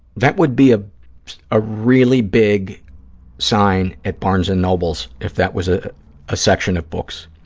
that would be ah a really big sign at barnes and noble if that was ah a section of books.